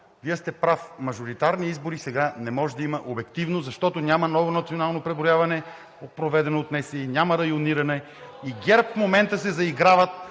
Вие сте прав – мажоритарни избори сега не може да има обективно, защото няма ново национално преброяване, проведено от НСИ, няма райониране. И ГЕРБ в момента се заиграват